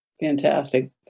Fantastic